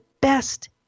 best